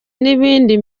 n’ibindi